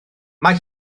mae